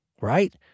Right